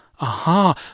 Aha